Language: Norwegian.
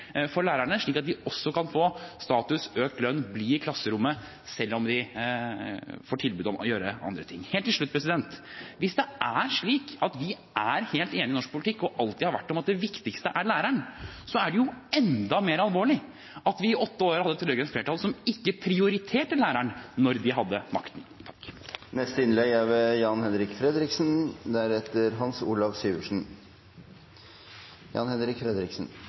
for lærerne slik at de også kan få status, økt lønn og bli i klasserommet selv om de får tilbud om å gjøre andre ting. Helt til slutt: Hvis det er slik at vi er helt enige i norsk politikk – og alltid har vært det – om at det viktigste er læreren, er det enda mer alvorlig at vi i åtte år har hatt et rød-grønt flertall som ikke prioriterte læreren da de hadde